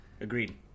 agreed